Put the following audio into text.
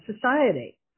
society